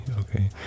okay